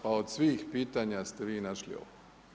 Pa od svih pitanja ste vi našli ovo.